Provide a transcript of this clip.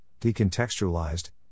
decontextualized